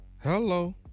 Hello